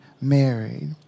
married